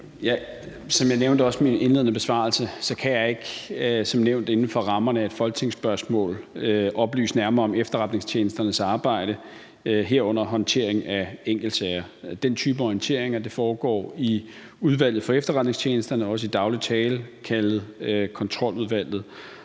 Som jeg også nævnte i min indledende besvarelse, kan jeg som nævnt ikke inden for rammerne af et folketingsspørgsmål oplyse nærmere om efterretningstjenesternes arbejde, herunder håndtering af enkeltsager. Den type orienteringer foregår i udvalget for efterretningstjenesterne, også i daglig tale kaldet Kontroludvalget,